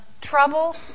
Trouble